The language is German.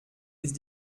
ist